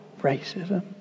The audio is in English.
racism